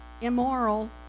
immoral